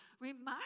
remind